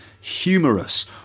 humorous